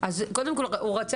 עוד פעם, אני חסרה